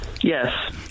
Yes